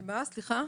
שמה, סליחה?